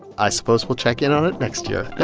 i suppose we'll check in on it next year.